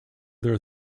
their